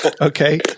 Okay